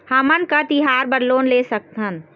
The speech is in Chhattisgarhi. हमन का तिहार बर लोन ले सकथन?